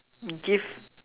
give